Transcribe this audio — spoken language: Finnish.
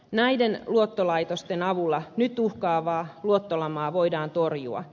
näiden luottolaitosten avulla nyt uhkaavaa luottolamaa voidaan torjua